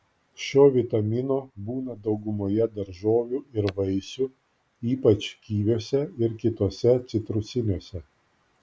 šio vitamino būna daugumoje daržovių ir vaisių ypač kiviuose ir kituose citrusiniuose